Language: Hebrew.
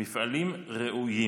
מפעלים ראויים.